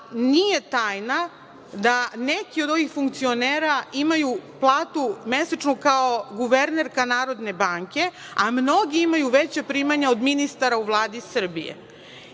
tajna da neki od ovih funkcionera imaju platu mesečnu kao guvernerka Narodne banke, a mnogi imaju veća primanja od ministara u Vladi Srbije.